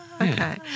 Okay